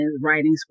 writing